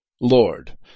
Lord